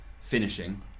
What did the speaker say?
finishing